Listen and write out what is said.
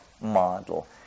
model